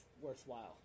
worthwhile